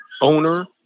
owner